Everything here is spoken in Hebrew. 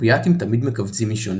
אופיאטים תמיד מכווצים אישונים,